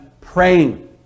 praying